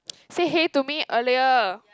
say hey to me earlier